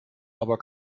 aber